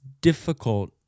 difficult